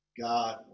God